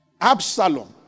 Absalom